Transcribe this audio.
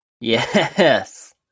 Yes